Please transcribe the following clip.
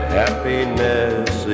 happiness